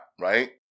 right